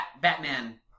Batman